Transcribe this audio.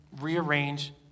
rearrange